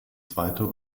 zweiter